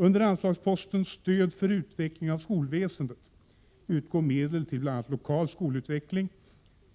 Under anslagsposten Stöd för utvecklingen av skolväsendet utgår medel till bl.a. lokal skolutveckling.